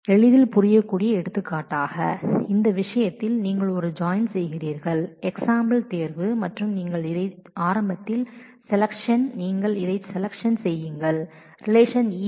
எளிதில் புரியக்கூடிய எடுத்துக்காட்டாக இந்த விஷயத்தில் நீங்கள் ஒரு ஜாயின் செய்கிறீர்கள் செலேச்ஷன் செய்கிறீர்கள் மற்றும் நீங்கள் இதைச் ஆரம்பத்தில் செய்கிறீர்கள் ரிலேஷன் E1 மீது